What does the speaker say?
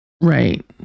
Right